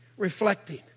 reflecting